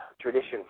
tradition